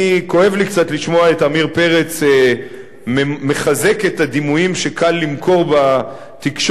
כואב לי קצת לשמוע את עמיר פרץ מחזק את הדימויים שקל למכור בתקשורת,